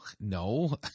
no